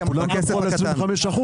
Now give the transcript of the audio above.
וכולם תמכו ב-25%.